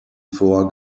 vor